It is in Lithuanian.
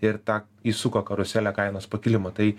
ir tą įsuko karuselę kainos pakilimo tai